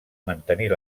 mantenir